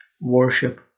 worship